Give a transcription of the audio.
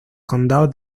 condados